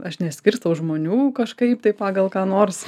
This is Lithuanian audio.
aš neskirstau žmonių kažkaip tai pagal ką nors